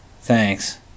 thanks